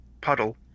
puddle